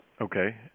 Okay